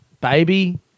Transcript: Baby